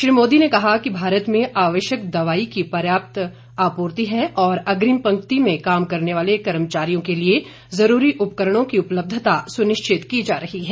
नरेंद्र मोदी ने कहा कि भारत में आवश्यक दवाई की पर्याप्त आपूर्ति है और अग्रिम पंक्ति में काम करने वाले कर्मचारियों के लिए जरूरी उपकरणों की उपलब्धता सुनिश्चित की जा रही है